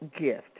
gift